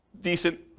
decent